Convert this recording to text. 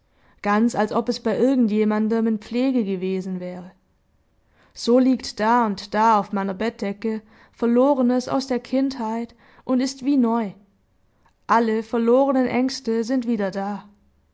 ganz als ob es bei irgend jemandem in pflege gewesen wäre so liegt da und da auf meiner bettdecke verlorenes aus der kindheit und ist wie neu alle verlorenen ängste sind wieder da